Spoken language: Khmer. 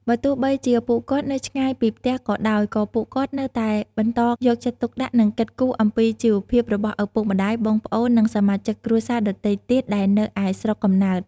បើទោះបីជាពួកគាត់នៅឆ្ងាយពីផ្ទះក៏ដោយ ក៏ពួកគាត់នៅតែបន្តយកចិត្តទុកដាក់ និងគិតគូរអំពីជីវភាពរបស់ឪពុកម្ដាយ បងប្អូន និងសមាជិកគ្រួសារដទៃទៀតដែលនៅឯស្រុកកំណើត។